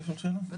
לא